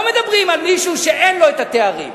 לא מדברים על מישהו שאין לו התארים.